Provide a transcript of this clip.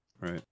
Right